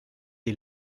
des